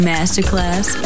Masterclass